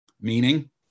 meaning